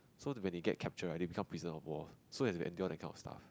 so when they get capture right they become prisoner war so is they endure that kind of stuff